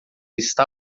está